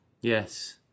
Yes